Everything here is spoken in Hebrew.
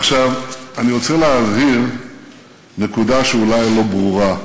עכשיו, אני רוצה להבהיר נקודה שאולי אינה ברורה,